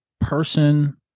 person